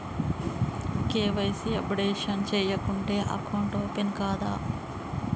KYC updation చేయకుంటే account open కాదా?